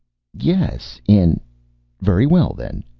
yes, in very well, then,